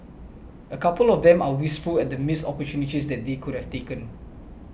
a couple of them are wistful at the missed opportunities that they could have taken